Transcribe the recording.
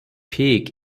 peak